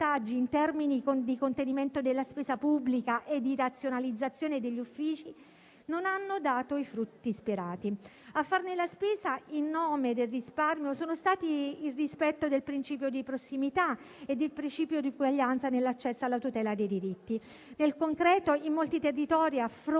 in termini di contenimento della spesa pubblica e di razionalizzazione degli uffici non hanno dato i frutti sperati. A farne le spese, in nome del risparmio, è stato il rispetto del principio di prossimità e del principio di eguaglianza nell'accesso alla tutela dei diritti. Nel concreto, in molti territori, a fronte